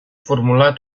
formular